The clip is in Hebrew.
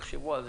תחשבו על זה.